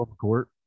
Court